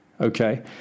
Okay